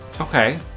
Okay